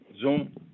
Zoom